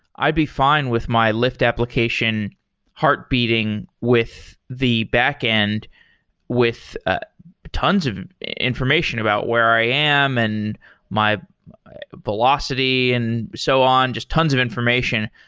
i'd be fine with my lyft application heart beating with the backend with ah tons of information about where i am, and my velocity, and so on, just tons of information.